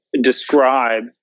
describe